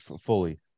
fully